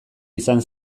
izan